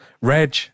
Reg